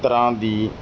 ਤਰ੍ਹਾਂ ਦੀ